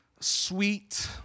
sweet